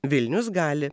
vilnius gali